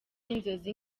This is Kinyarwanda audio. inzozi